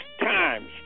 times